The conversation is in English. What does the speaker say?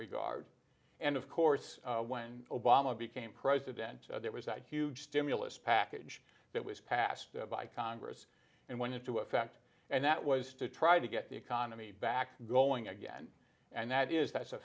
regard and of course when obama became president there was a huge stimulus package that was passed by congress and went into effect and that was to try to get the economy back going again and that is that's a